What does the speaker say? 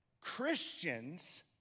Christians